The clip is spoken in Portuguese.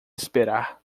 esperar